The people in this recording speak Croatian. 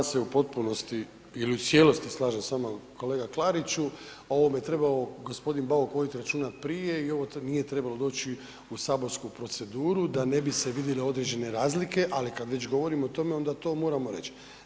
Dakle, ja se u potpunosti ili u cijelosti slažem s vama kolega Klariću, o ovome je trebao gospodin Bauk voditi računa prije i ovo nije trebalo doći u saborsku proceduru da ne bi se vidjele određene razlike, ali kad već govorimo o tome onda to moramo reći.